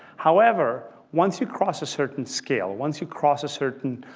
however, once you cross a certain scale, once you cross a certain